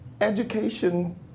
Education